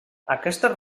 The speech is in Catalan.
aquestes